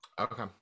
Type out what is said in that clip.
Okay